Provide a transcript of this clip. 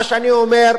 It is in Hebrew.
מה שאני אומר: